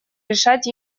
решать